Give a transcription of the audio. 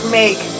make